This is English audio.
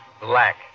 black